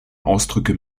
ausdrücke